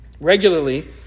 Regularly